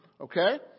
Okay